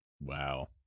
wow